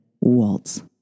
waltz